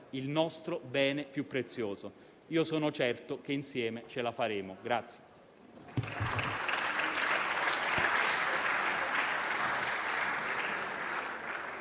il nostro bene più prezioso. Io sono certo che insieme ce la faremo.